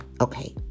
Okay